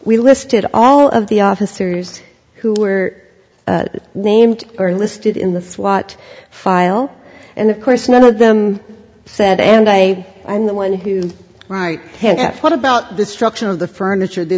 we listed all of the officers who were named or listed in the swat file and of course none of them said and i i'm the one who is right what about destruction of the furniture d